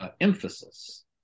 emphasis